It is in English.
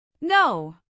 No